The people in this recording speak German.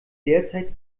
derzeit